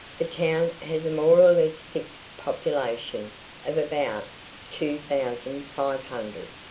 the town has a more or less fixed population of about two thousand five hundred,